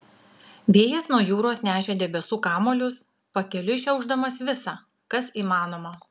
vėjas nuo jūros nešė debesų kamuolius pakeliui šiaušdamas visa kas įmanoma